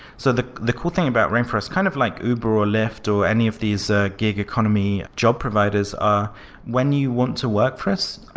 so the the cool thing about rainforest, kind of like uber or lyft or any of these ah gig economy job providers are when you want to work for us,